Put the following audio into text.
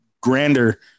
grander